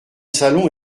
salon